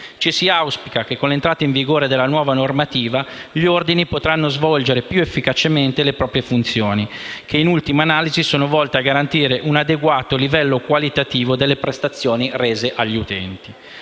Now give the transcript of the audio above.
si auspica che con l'entrata in vigore della nuova normativa gli ordini potranno svolgere più efficacemente le proprie funzioni, che in ultima analisi sono volte a garantire un adeguato livello qualitativo alle prestazioni sanitarie rese agli utenti.